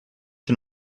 den